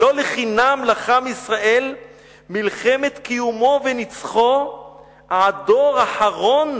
ולא לחינם לחם ישראל מלחמת קיומו ונצחו עד דור אחרון